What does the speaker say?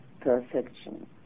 perfection